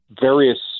various